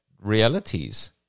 realities